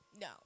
no